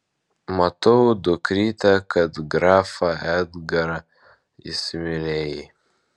matau dukryte kad grafą edgarą įsimylėjai